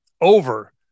over